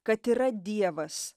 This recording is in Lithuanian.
kad yra dievas